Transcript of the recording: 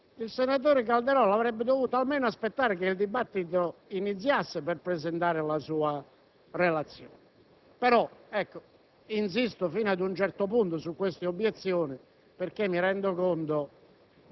il senatore Calderoli avrebbe dovuto almeno aspettare che il dibattito iniziasse per presentare la sua proposta risoluzione; tuttavia, insisto fino ad un certo punto su queste obiezioni perché mi rendo conto